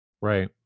Right